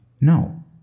No